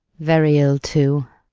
very ill too.